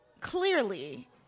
Clearly